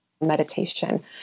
meditation